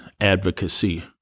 Advocacy